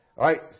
Right